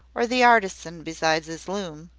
or the artisan beside his loom,